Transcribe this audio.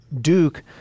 Duke